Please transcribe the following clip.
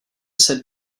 said